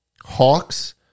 Hawks